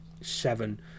seven